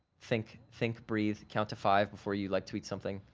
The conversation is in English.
think, think, breathe, count to five before you, like to eat something.